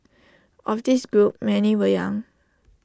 of this group many were young